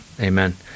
Amen